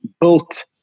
built